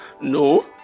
no